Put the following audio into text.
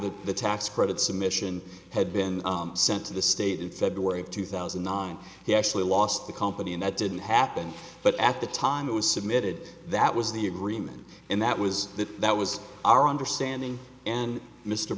that the tax credit submission had been sent to the state in february of two thousand and nine he actually lost the company and that didn't happen but at the time it was submitted that was the agreement and that was that that was our understanding and mr